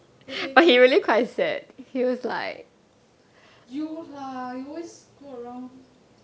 okay can you lah you always go around